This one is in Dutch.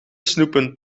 snoepen